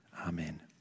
Amen